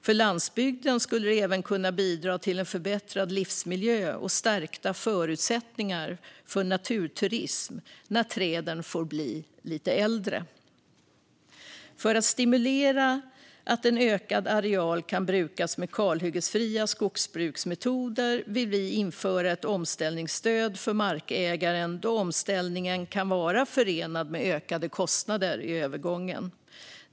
För landsbygden skulle det även kunna bidra till en förbättrad livsmiljö och stärkta förutsättningar för naturturism när träden får bli lite äldre. För att stimulera att en ökad areal kan brukas med kalhyggesfria skogsbruksmetoder vill vi införa ett omställningsstöd för markägaren, då omställningen kan vara förenad med ökade kostnader i övergången.